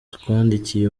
twandikiye